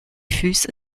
füße